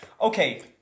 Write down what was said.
Okay